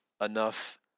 enough